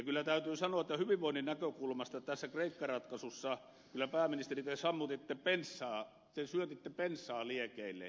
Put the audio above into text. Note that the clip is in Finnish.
kyllä täytyy sanoa että hyvinvoinnin näkökulmasta tässä kreikka ratkaisussa te pääministeri syötitte bensaa liekkeihin